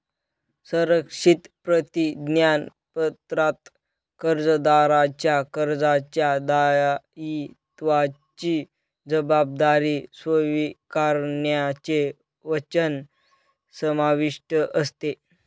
संरक्षित प्रतिज्ञापत्रात कर्जदाराच्या कर्जाच्या दायित्वाची जबाबदारी स्वीकारण्याचे वचन समाविष्ट असते